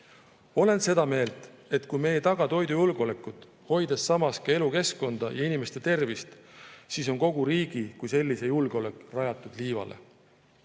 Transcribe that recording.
Olen seda meelt, et kui me ei taga toidujulgeolekut, hoides samas ka elukeskkonda ja inimeste tervist, siis on kogu riigi kui sellise julgeolek rajatud liivale. Kuidas